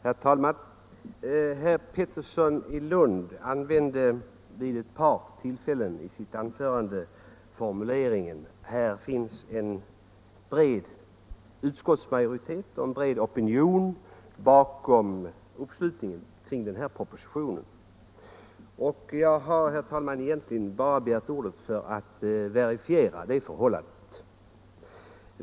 Herr talman! Herr Pettersson i Lund hänvisade vid ett par tillfällen i sitt anförande till att det står en bred utskottsmajoritet och en bred opinion bakom den proposition som nu behandlas. Jag har egentligen begärt ordet bara för att verifiera det förhållandet.